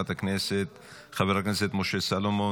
חבר הכנסת משה סלומון,